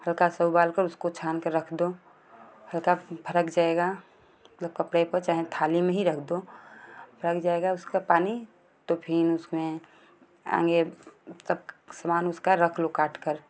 हल्का सा उबाल कर उसको छान कर रख दो हल्का फर्क जाएगा कपड़े पर चाहे थाली में हीं रख दो फर्क जाएगा उसका पानी तो फिर उसमें आगे तक समान उसका रख लो काट कर